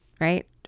right